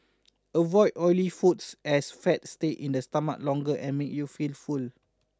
avoid oily foods as fat stays in the stomach longer and makes you feel full